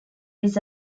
des